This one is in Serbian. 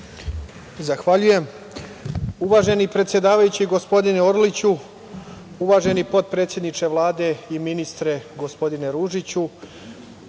Zahvaljujem. Uvaženi predsedavajući, gospodine Orliću, uvaženi potpredsedniče Vlade i ministre, gospodine Ružiću,